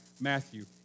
Matthew